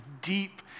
deep